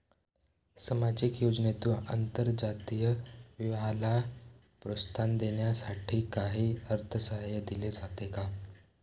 सामाजिक योजनेतून आंतरजातीय विवाहाला प्रोत्साहन देण्यासाठी काही अर्थसहाय्य दिले जाते का?